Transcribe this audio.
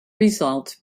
result